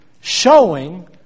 showing